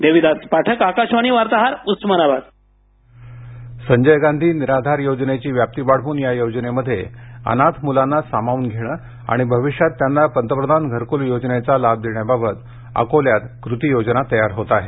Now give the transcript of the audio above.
देविदास पाठक आकाशवाणी वार्ताहर उर्मानाबाद अकोला संजय गांधी निराधार योजनेची व्याप्ती वाढवून या योजनेमध्ये अनाथ मुलांना सामावून घेण आणि भविष्यात त्यांना पंतप्रधान घरकुल योजनेचा लाभ देण्याबाबत अकोल्यात कृती योजना तयार होत आहे